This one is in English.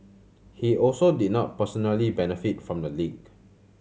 he also did not personally benefit from the leak